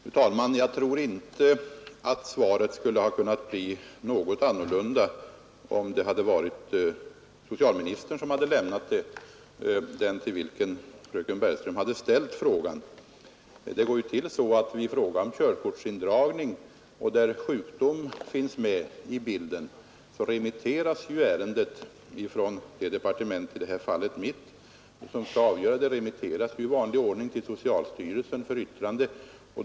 Fru talman! Jag tror inte att svaret skulle ha kunnat bli något annorlunda om det hade varit socialministern, till vilken fröken Bergström ställt frågan, som lämnat det. I fråga om körkortsindragning där sjukdom finns med i bilden går det till så att ärendet remitteras från departementet — i detta fall mitt — till socialstyrelsen för yttrande.